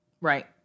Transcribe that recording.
Right